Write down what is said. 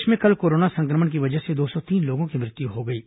प्रदेश में कल कोरोना संक्रमण की वजह से दो सौ तीन लोगों की मृत्यु हुई है